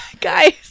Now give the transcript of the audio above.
guys